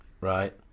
Right